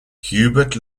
hubert